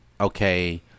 okay